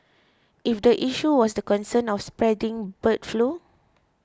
if the issue was the concern of spreading bird flu